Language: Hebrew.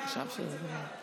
הצביעו 36 בעד.